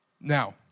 Now